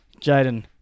Jaden